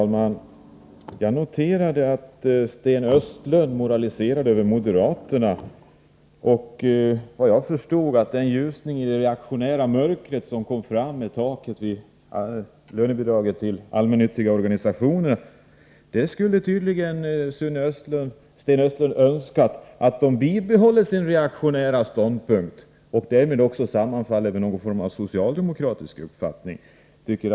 Herr talman! Jag noterade att Sten Östlund moraliserade över moderaterna och den ljusning i det reaktionära mörkret som syntes när det gällde taket för lönebidraget till de allmännyttiga organisationerna. Efter vad jag förstod skulle tydligen Sten Östlund ha önskat att moderaterna hade bibehållit sin reaktionära ståndpunkt, som skulle ha sammanfallit med den socialdemokratiska uppfattningen.